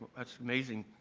that's amazing.